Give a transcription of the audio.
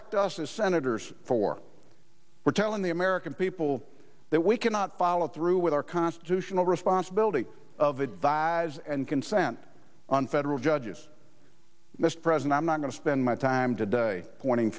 elect us as senators for we're telling the american people that we cannot follow through with our constitutional responsibility of the dyes and consent on federal judges this present i'm not going to spend my time today pointing